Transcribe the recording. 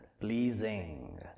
pleasing